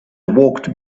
walked